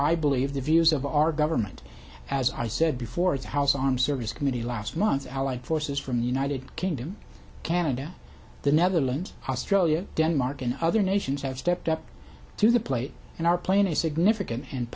i believe the views of our government as i said before the house armed services committee last month allied forces from the united kingdom canada the netherlands australia denmark and other nations have stepped up to the plate and are playing a significant and